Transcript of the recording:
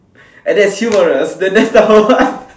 and that's humorous then that's the what